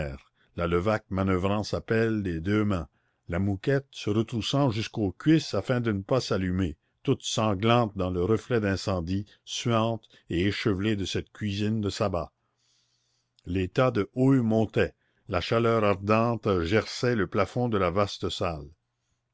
la levaque manoeuvrant sa pelle des deux mains la mouquette se retroussant jusqu'aux cuisses afin de ne pas s'allumer toutes sanglantes dans le reflet d'incendie suantes et échevelées de cette cuisine de sabbat les tas de houille montaient la chaleur ardente gerçait le plafond de la vaste salle